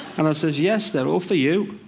and i say, yes, they're all for you.